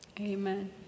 Amen